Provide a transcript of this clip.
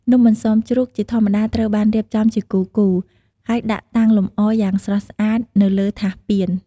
នំអន្សមជ្រូក ជាធម្មតាត្រូវបានរៀបចំជាគូរៗ ហើយដាក់តាំងលម្អយ៉ាងស្រស់ស្អាតនៅលើថាសពាន។